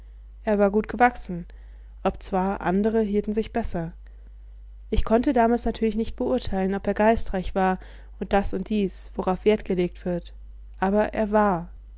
er war gut gewachsen obzwar andere hielten sich besser ich konnte damals natürlich nicht beurteilen ob er geistreich war und das und dies worauf wert gelegt wird aber er war